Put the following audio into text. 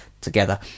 together